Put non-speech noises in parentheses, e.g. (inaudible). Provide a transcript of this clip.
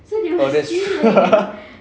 oh that's true (laughs)